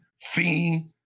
Fiend